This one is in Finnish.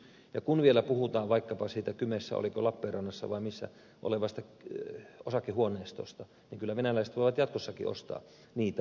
ja kun vielä puhutaan vaikkapa siitä kymessä oliko lappeenrannassa vai missä olevasta osakehuoneistosta niin kyllä venäläiset voivat jatkossakin ostaa niitä